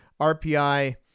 RPI